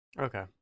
Okay